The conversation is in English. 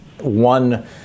one